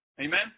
Amen